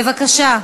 בבקשה.